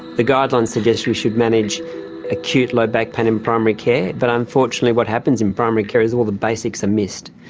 the guidelines suggest we should manage acute low back pain in primary care, but unfortunately what happens in primary care is all the basics are missed.